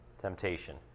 Temptation